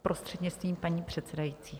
Prostřednictvím paní předsedající.